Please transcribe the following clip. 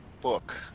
book